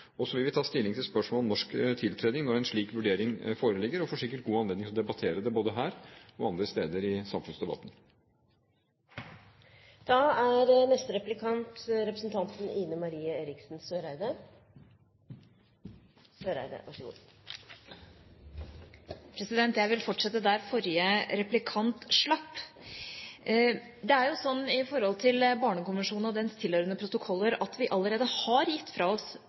protokoll. Så vil vi ta stilling til spørsmålet om norsk tiltredelse når en slik vurdering foreligger. Vi får sikkert god anledning til å debattere dette både her og andre steder i samfunnsdebatten. Jeg vil fortsette der forrige replikant slapp. Det er jo sånn at vi i forhold til Barnekonvensjonen og dens tilhørende protokoller allerede har gitt fra oss